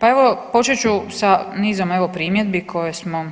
Pa evo počet ću sa nizom evo primjedbi koje smo